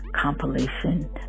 compilation